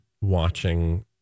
watching